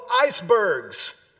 Icebergs